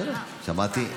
בסדר, שמעתי.